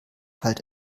halt